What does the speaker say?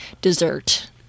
dessert